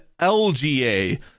LGA